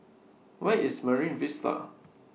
Where IS Marine Vista